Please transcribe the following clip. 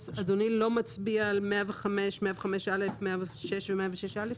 אז אדוני לא מצביע על 105, 105א, 106 ו-106א?